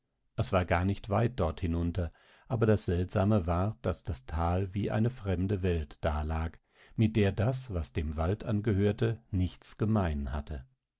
es war nicht weit dort hinunter aber das seltsame war daß das tal wie eine fremde welt dalag mit der das was dem wald angehörte nichts gemein hatte